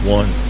one